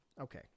Okay